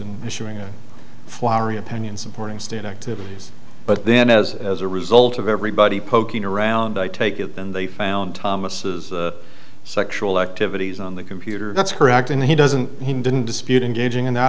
in issuing a flowery opinion supporting state activities but then as as a result of everybody poking around i take it then they found thomas's sexual activities on the computer that's correct and he doesn't he didn't dispute engaging in that